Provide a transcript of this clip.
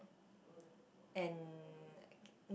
and ok~